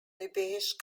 lebesgue